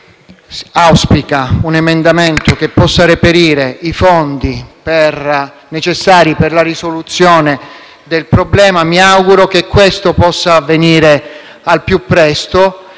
che auspica un emendamento che possa reperire i fondi necessari per la risoluzione del problema, mi auguro che ciò possa avvenire al più presto;